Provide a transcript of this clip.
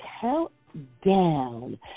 countdown